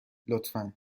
لطفا